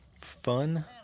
fun